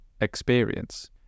experience